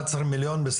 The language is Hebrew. מיליון.